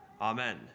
Amen